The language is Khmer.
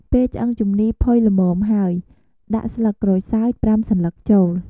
ពេលឆ្អឹងជំនីរផុយល្មមហើយ ដាក់ ស្លឹកក្រូចសើច ៥ សន្លឹក ចូល។